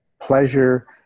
pleasure